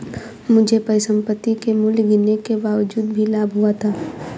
मुझे परिसंपत्ति के मूल्य गिरने के बावजूद भी लाभ हुआ था